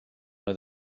oedd